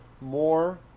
more